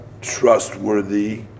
trustworthy